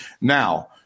Now